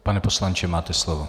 Pane poslanče, máte slovo.